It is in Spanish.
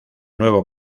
nuevo